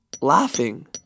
Laughing